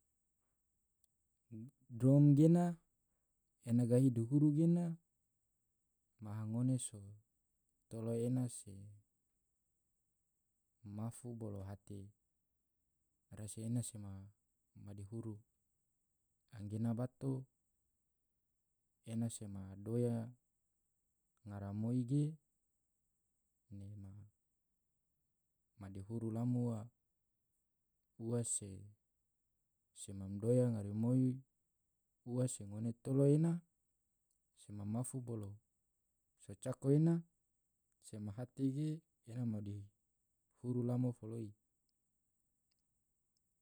drom gena ena gahi duhuru gena maha ngone so tolo ena sema mafu bolo hate rasi ena sema madihuru, anggena bato ena se ma doya ngaramoi gee ne ma madihuru lamo ua, ua se sema doya ngarimoi ua se ngone tolo ena sema mafu bolo so cako ena sema hate gee ena madihuru lamo foloi.